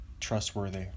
trustworthy